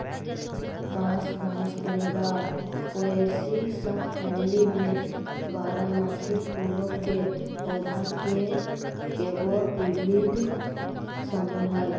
बांस घास परिवार पोएसी सबफैमिली में बारहमासी फूलों के पौधा के एगो विविध समूह हइ